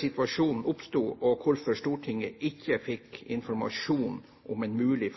situasjonen oppsto, og hvorfor Stortinget ikke fikk informasjon om en mulig